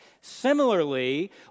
Similarly